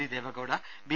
D Devegowda B